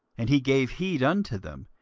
and he gave heed unto them,